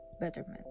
betterment